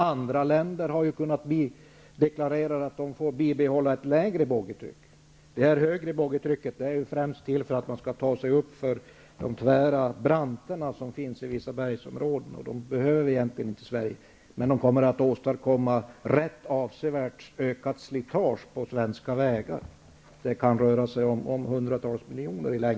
Andra länder deklarerar att de avser att behålla ett lägre boggietryck. Det högre boggietrycket är till främst för att lastbilarna skall kunna ta sig upp för tvära branter i vissa bergsområden. Sverige behöver därför inte införa något högre boggietryck. Dessutom kommer detta att orsaka ett rätt så avsevärt ökat slitage på svenska vägar. I längden kan det röra sig om en kostnad på hundratals miljoner.